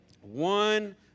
One